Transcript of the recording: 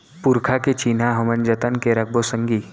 पुरखा के चिन्हा हमन जतन के रखबो संगी